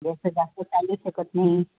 जसं जास्त चालू शकत नाही